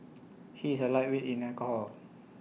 he is A lightweight in alcohol